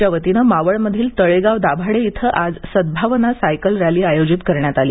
च्या वतीने मावळमधील तळेगाव दाभाडे इथं आज सद्धभावना सायकल रॅली आयोजित करण्यात आली